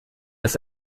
ist